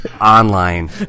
Online